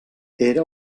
era